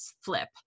flip